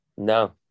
No